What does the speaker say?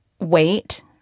Wait